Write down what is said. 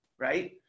right